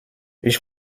ich